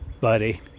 buddy